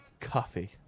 Coffee